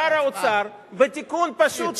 שר האוצר בתיקון פשוט,